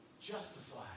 justify